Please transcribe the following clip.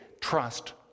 trust